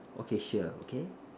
okay sure okay